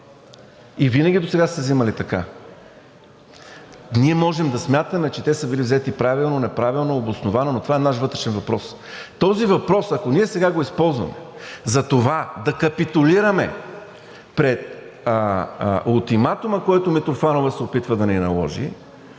И винаги досега са се взимали така. Ние можем да смятаме, че те са били вземани правилно, неправилно, обосновано, но това е наш вътрешен въпрос. Този въпрос, ако ние сега го използваме за това да капитулираме пред ултиматума, който Митрофанова се опитва да ни наложи,